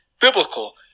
Biblical